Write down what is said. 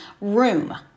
room